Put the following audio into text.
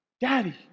Daddy